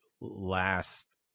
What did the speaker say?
last